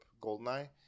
Goldeneye